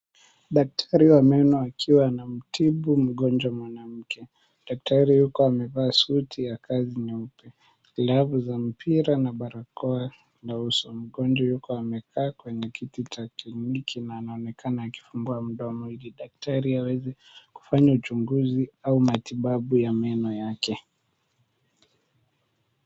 Daktari wa meno akiwa anamtibu mgonjwa mwanamke. Daktari yuko amevaa suti ya kazi nyeupe, glavu za mpira na barakoa na uso. Mgonjwa yuko amekaa kwenye kiti cha kliniki na anaonekana akifungua mdomo ili daktari aweze kufanya uchunguzi au matibabu ya meno yake.